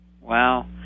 Wow